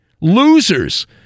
losers